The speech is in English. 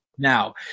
Now